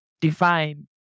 define